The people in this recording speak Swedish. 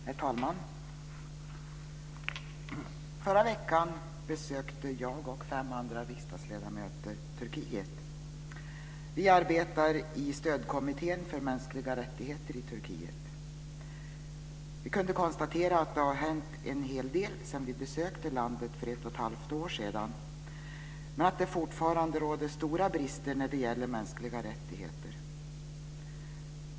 Herr talman! Förra veckan besökte jag och fem andra riksdagsledamöter Turkiet. Vi arbetar i Stödkommittén för mänskliga rättigheter i Turkiet. Vi kunde konstatera att en hel del har hänt sedan vi för ett och ett halvt år sedan besökte landet men att det fortfarande råder stora brister när det gäller mänskliga rättigheter.